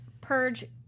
Purge